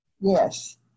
Yes